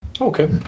Okay